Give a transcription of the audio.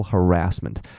Harassment